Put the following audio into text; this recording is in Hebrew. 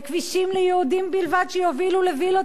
לכבישים ליהודים בלבד שיובילו לווילות